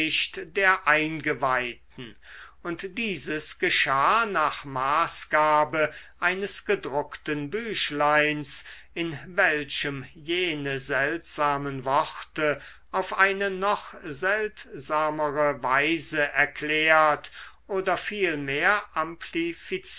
der eingeweihten und dieses geschah nach maßgabe eines gedruckten büchleins in welchem jene seltsamen worte auf eine noch seltsamere weise erklärt oder